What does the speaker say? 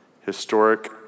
historic